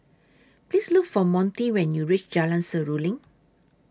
Please Look For Monty when YOU REACH Jalan Seruling